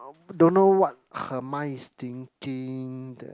don't know what her mind is thinking then